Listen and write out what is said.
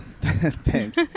Thanks